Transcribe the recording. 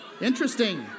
interesting